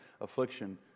affliction